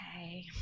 okay